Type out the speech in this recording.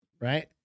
Right